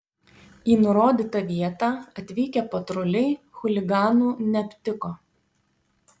į nurodytą vietą atvykę patruliai chuliganų neaptiko